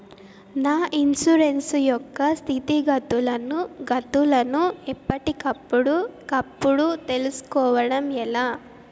నా ఇన్సూరెన్సు యొక్క స్థితిగతులను గతులను ఎప్పటికప్పుడు కప్పుడు తెలుస్కోవడం ఎలా?